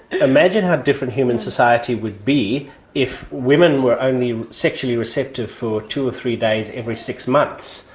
imagine how different human society would be if women were only sexually receptive for two or three days every six months?